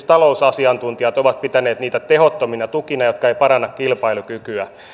talousasiantuntijat ovat pitäneet niitä tehottomina tukina jotka eivät paranna kilpailukykyä